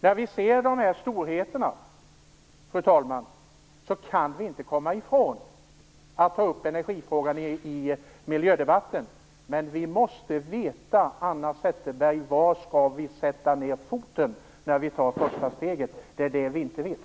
När vi ser dessa storheter, fru talman, kan vi inte komma ifrån att ta upp energifrågan i miljödebatten. Vi måste veta var vi skall sätta ned foten när vi tar första steget, Hanna Zetterberg. Det är det vi inte vet.